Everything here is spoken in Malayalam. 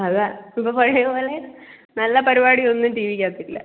അതാണ് ഇപ്പം പഴയ പോലെ നല്ല പരിപാടിയൊന്നും ടി വിക്കകത്തില്ല